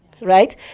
right